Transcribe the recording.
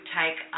take